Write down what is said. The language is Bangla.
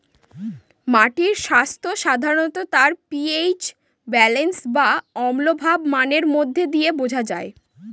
মাটির স্বাস্থ্য সাধারনত তার পি.এইচ ব্যালেন্স বা অম্লভাব মানের মধ্যে দিয়ে বোঝা যায়